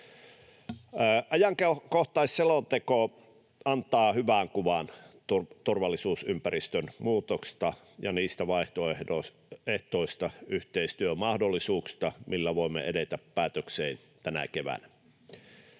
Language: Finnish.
Ajankohtaisselonteko antaa hyvän kuvan turvallisuusympäristön muutoksesta ja niistä vaihtoehtoisista yhteistyömahdollisuuksista, millä voimme edetä päätökseen tänä keväänä.